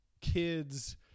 kids